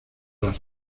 las